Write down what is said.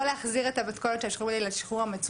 להחזיר את המתכונת של השחרור המנהלי לשחרור